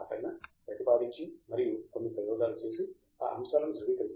ఆపైన ప్రతిపాదించి మరియు కొన్ని ప్రయోగాలు చేసి ఆ అంశాలను ధృవీకరిస్తారు